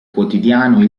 quotidiano